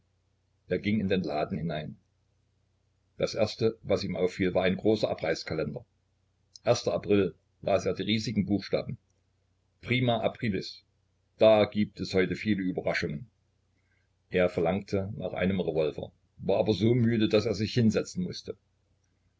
er ging in den laden hinein das erste was ihm auffiel war ein großer abreißkalender april las er die riesigen buchstaben prima aprilis da gibt es heute viele überraschungen er verlangte nach einem revolver war aber so müde daß er sich hinsetzen mußte